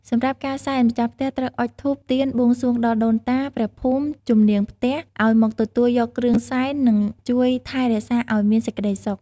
សម្រាប់ការសែន ម្ចាស់ផ្ទះត្រូវអុជធូប ទៀន បួងសួងដល់ដូនតា ព្រះភូមិ ជំនាងផ្ទះ ឲ្យមកទទួលយកគ្រឿងសែន និងជួយថែរក្សាឲ្យមានសេចក្តីសុខ។